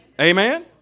Amen